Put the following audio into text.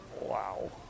Wow